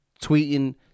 tweeting